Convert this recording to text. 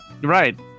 right